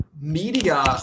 media